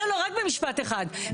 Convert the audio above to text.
אדוני,